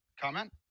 comment